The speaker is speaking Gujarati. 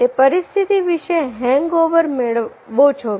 તે પરિસ્થિતિ વિશે હેંગ ઓવર મેળવો છો